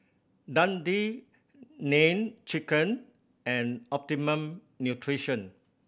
Dundee Nene Chicken and Optimum Nutrition